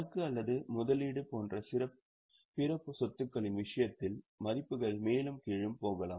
சரக்கு அல்லது முதலீடு போன்ற பிற சொத்துக்களின் விஷயத்தில் மதிப்புகள் மேலும் கீழும் போகலாம்